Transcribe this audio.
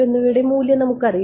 എന്നിവയുടെ മൂല്യം നമുക്കറിയില്ല